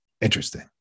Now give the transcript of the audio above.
Interesting